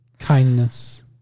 Kindness